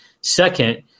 Second